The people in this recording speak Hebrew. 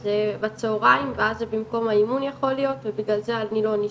זה בצהריים ואז זה במקום האימון יכול להיות ובגלל זה אני לא נשאר,